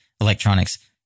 electronics